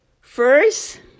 First